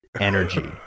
energy